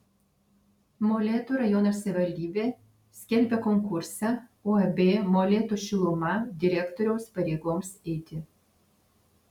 molėtų rajono savivaldybė skelbia konkursą uab molėtų šiluma direktoriaus pareigoms eiti